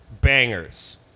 bangers